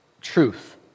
truth